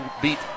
beat